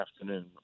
afternoon